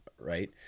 right